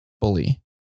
bully